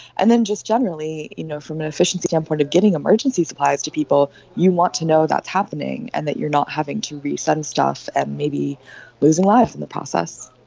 and then just generally you know from an efficiency standpoint of getting emergency supplies to people, you want to know that's happening and that you're not having to resend stuff and maybe losing lives in the process.